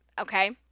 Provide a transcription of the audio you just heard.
okay